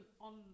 on